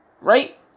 right